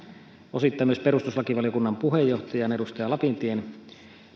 osittain myös perustuslakivaliokunnan puheenjohtajan edustaja lapintien